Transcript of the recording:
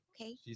Okay